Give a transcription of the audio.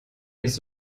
nicht